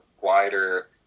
wider